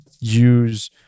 use